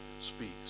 speaks